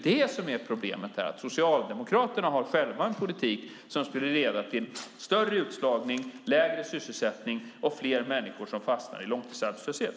Det som är problemet är att Socialdemokraterna själva har en politik som skulle leda till större utslagning, lägre sysselsättning och fler människor som fastnar i långtidsarbetslöshet.